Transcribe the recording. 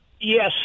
Yes